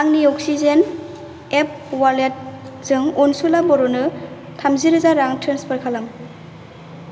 आंनि Oxigen app wallet जों अनसुला बर'नो थामजिरोजा रां ट्रेन्सफार खालाम